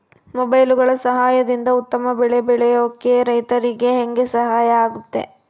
ಮೊಬೈಲುಗಳ ಸಹಾಯದಿಂದ ಉತ್ತಮ ಬೆಳೆ ಬರೋಕೆ ರೈತರಿಗೆ ಹೆಂಗೆ ಸಹಾಯ ಆಗುತ್ತೆ?